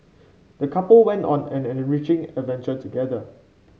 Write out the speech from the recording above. the couple went on an enriching adventure together